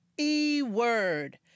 E-word